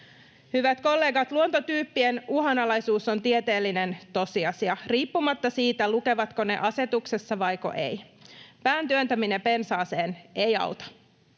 Hyvät kollegat, luontotyyppien uhanalaisuus on tieteellinen tosiasia riippumatta siitä, lukevatko ne asetuksessa vai eivät. Pään työntäminen pensaaseen ei auta.